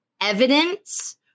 evidence